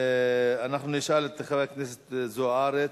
אנחנו נשאל את חברת הכנסת זוארץ,